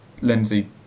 Lindsay